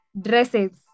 dresses